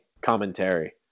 commentary